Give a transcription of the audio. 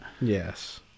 Yes